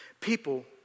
people